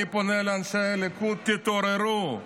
אני פונה לאנשי הליכוד: תתעוררו.